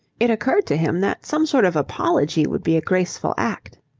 it occurred to him that some sort of apology would be a graceful act.